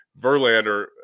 Verlander